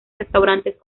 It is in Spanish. restaurantes